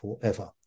forever